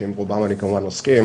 שעם רובם אני כמובן מסכים.